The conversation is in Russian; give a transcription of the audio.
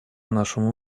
нашему